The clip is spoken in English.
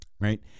Right